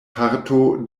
parto